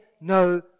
no